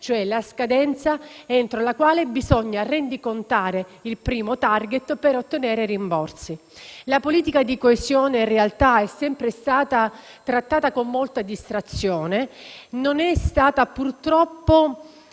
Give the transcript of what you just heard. dalla scadenza entro la quale si deve rendicontare il primo *target* per ottenere rimborsi. La politica di coesione in realtà è sempre stata trattata con molta distrazione e non, purtroppo,